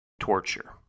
torture